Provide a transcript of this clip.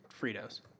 Fritos